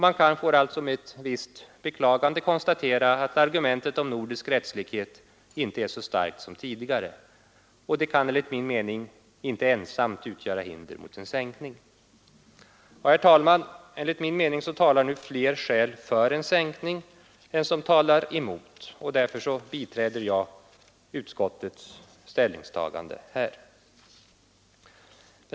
Man får alltså med ett visst beklagande konstatera att argumentet om nordisk rättslikhet inte är lika starkt som tidigare, och det kan enligt min mening inte ensamt utgöra hinder mot en sänkning. Herr talman! Enligt min mening är det nu flera skäl som talar för en sänkning än som talar emot. Därför biträder jag utskottets ställningstagande.